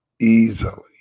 Easily